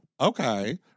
okay